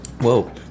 Whoa